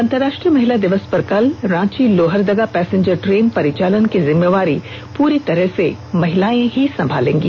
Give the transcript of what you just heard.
अंतरराष्ट्रीय महिला दिवस पर कल रांची लोहरदगा पैसेंजर ट्रेन परिचालन की जिम्मेवारी पूरी तरह से महिलाएं ही संभालेंगी